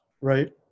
Right